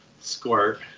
squirt